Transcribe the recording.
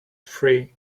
free